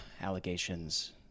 allegations